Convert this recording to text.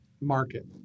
market